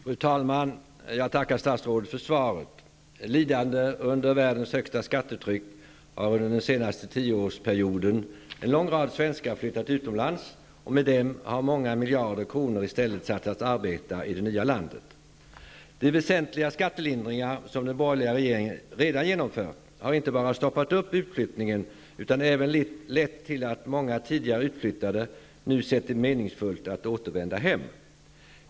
Fru talman! Jag tackar statsrådet för svaret. Lidande under världens högsta skattetryck har under den senaste tioårsperioden en lång rad svenskar flyttat utomlands, och med dem har många miljarder kronor i stället satts att arbeta i det nya landet. De väsentliga skattelindringar som den borgerliga regeringen redan har genomfört har inte bara bromsat utflyttningen utan även lett till att många tidigare utflyttade nu sett det meningsfullt att återvända hem.